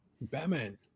Batman